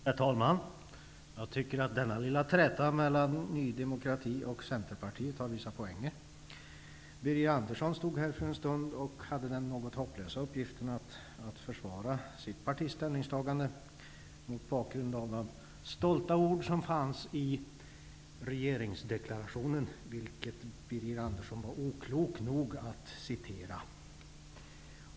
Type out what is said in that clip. Herr talman! Jag tycker att denna lilla träta mellan Ny demokrati och Centerpartiet har vissa poänger. Birger Andersson stod här för en stund sedan och hade den något hopplösa uppgiften att försvara sitt partis ställningstagande mot bakgrund av alla stolta ord som fanns i regeringsdeklarationen, vilken Birger Andersson var oklok nog att citera.